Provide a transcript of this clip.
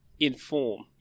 inform